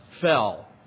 fell